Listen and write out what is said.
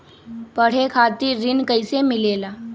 पढे खातीर ऋण कईसे मिले ला?